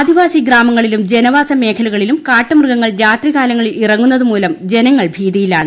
ആദിവാസി ഗ്രാമങ്ങളിലൂം ജന്വാസമേഖലകളിലും കാട്ടുമൃഗങ്ങൾ രാത്രികാലങ്ങളിൽ ഇ്ങ്ങുന്നതുമൂലം ജനങ്ങൾ ഭീതിയിലാണ്